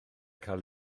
cael